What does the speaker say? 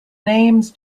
names